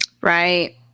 Right